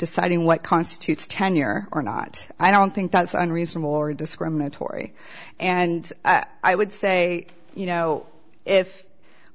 deciding what constitutes tenure or not i don't think that's unreasonable or discriminatory and i would say you know if